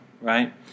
right